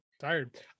Tired